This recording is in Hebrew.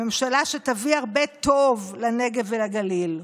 הממשלה שתביא הרבה טוב לנגב ולגליל,